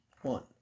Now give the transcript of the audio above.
One